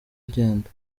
agenda